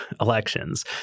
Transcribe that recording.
elections